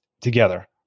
together